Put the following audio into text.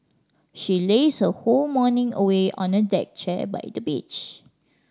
she lazed her whole morning away on a deck chair by the beach